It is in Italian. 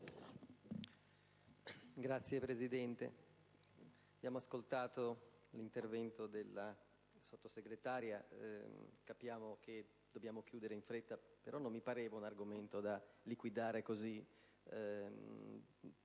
Signor Presidente, abbiamo ascoltato l'intervento della Sottosegretaria, e capiamo che dobbiamo chiudere in fretta, però non mi pareva che questo fosse un argomento da liquidare così